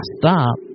stop